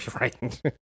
Right